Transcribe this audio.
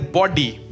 body